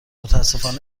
متأسفانه